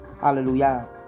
Hallelujah